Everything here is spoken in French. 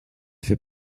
fait